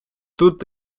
тут